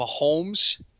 Mahomes